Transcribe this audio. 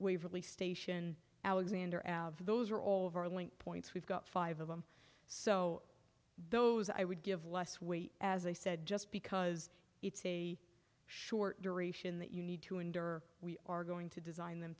waverly station alexander those are all of our link points we've got five of them so those i would give less weight as i said just because it's a short duration that you need to endure we are going to design them